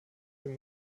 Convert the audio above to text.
hier